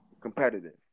Competitive